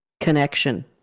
connection